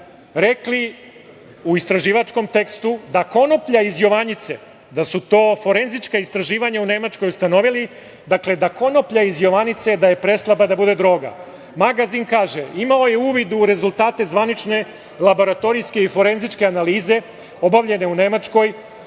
rekli u istraživačkom tekstu da, to su forenzička istraživanja u Nemačkoj ustanovila, konoplja iz „Jovanjice“ je preslaba da bude droga. Magazin kaže – imao je uvid u rezultate zvanične laboratorijske i forenzičke analize obavljene u Nemačkoj,